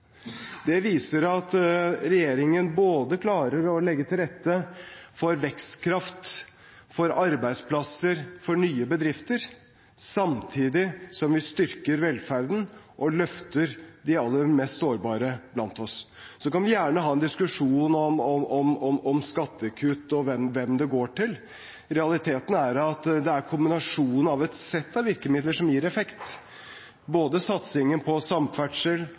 Det viser at regjeringen klarer å legge til rette for vekstkraft, arbeidsplasser og nye bedrifter samtidig som vi styrker velferden og løfter de aller mest sårbare blant oss. Så kan vi gjerne ha en diskusjon om skattekutt og hvem det går til. Realiteten er at det er kombinasjonen av et sett av virkemidler som gir effekt, både satsingen på samferdsel,